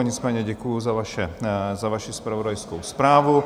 Nicméně děkuju za vaši zpravodajskou zprávu.